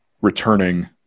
returning